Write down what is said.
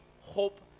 hope